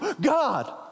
God